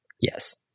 Yes